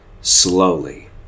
Slowly